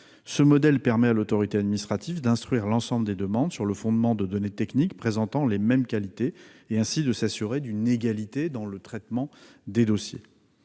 Ce modèle permet à l'autorité administrative d'instruire l'ensemble des demandes sur le fondement de données techniques présentant les mêmes qualités et, ainsi, de s'assurer d'une égalité de traitement des dossiers.